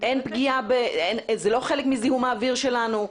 זה לא חלק מזיהום האוויר שלנו?